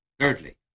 Thirdly